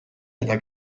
eta